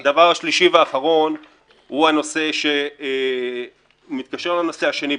הדבר השלישי והאחרון הוא הנושא שמתקשר לנושא השני.